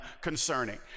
concerning